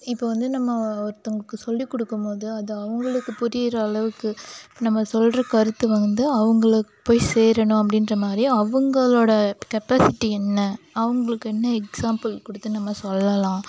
இப்போ வந்து நம்ம ஒருத்தவர்களுக்கு சொல்லி கொடுக்கும் போது அது அவங்களுக்கு புரியற அளவுக்கு நம்ம சொல்கிற கருத்து வந்து அவங்களுக்கு போய் சேரணும் அப்படின்ற மாதிரி அவங்களோடய கெப்பாசிட்டி என்ன அவங்களுக்கு என்ன எக்ஸ்சாம்புல் கொடுத்து நம்ம சொல்லலாம்